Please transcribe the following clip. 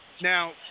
Now